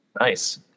nice